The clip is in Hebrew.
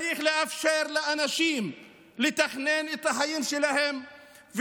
צריך לאפשר לאנשים לתכנן את החיים שלהם,